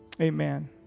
Amen